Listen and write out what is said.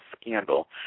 scandal